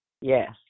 Yes